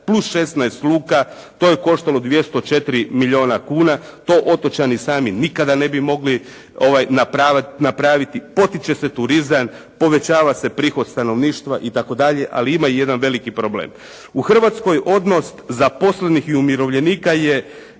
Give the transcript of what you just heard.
plus 16 luka, to je koštalo 204 milijuna kuna. To otočani sami nikada ne bi mogli napraviti. Potiče se turizam, povećava se prihod stanovništva itd. ali ima i jedan veliki problem. U Hrvatskoj odnos zaposlenih i umirovljenika je